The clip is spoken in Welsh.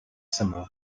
syml